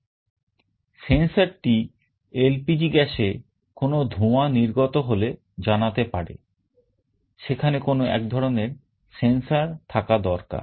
sensorটি LPG gasএ কোন ধোঁয়া নির্গত হলে জানাতে পারে সেখানে কোন এক ধরনের sensor থাকা দরকার